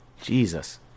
Jesus